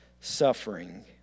suffering